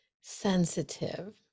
sensitive